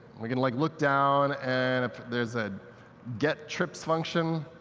we can like look down and there's a get trips function.